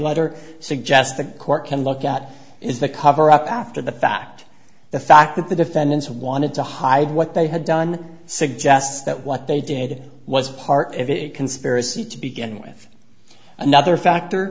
letter suggest the court can look at is the cover up after the fact the fact that the defendants wanted to hide what they had done suggests that what they did was part of a conspiracy to begin with another factor